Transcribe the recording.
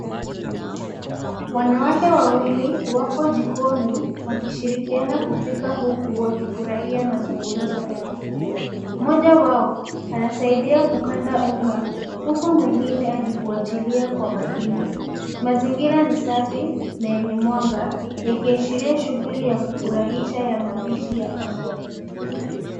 Wanawake wawili wako jikoni wakishirikiana kupika huku wakifurahia mazungumzo yao. Mmoja wao anasaidia kukanda unga, huku mwingine akifuatilia kwa makini. Mazingira ni safi na yenye mwanga yakiashiria shughuli ya kufurahisha ya mapisha ya pamoja.